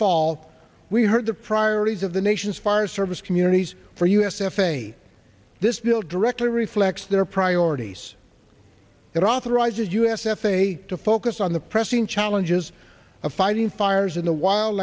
fall we heard the priorities of the nation's fire service communities for us f a a this bill directly reflects their priorities that authorizes us f a a to focus on the pressing challenges of fighting fires in the wild